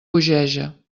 bogeja